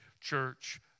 Church